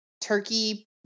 turkey